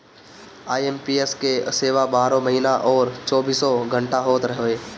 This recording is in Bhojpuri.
आई.एम.पी.एस के सेवा बारहों महिना अउरी चौबीसों घंटा होत हवे